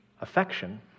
affection